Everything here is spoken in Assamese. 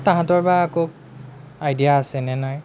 তাহাঁতৰ বা আকৌ আইডিয়া আছেনে নাই